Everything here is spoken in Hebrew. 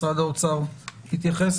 משרד האוצר יתייחס,